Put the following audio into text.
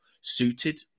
suited